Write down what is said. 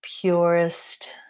purest